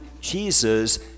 Jesus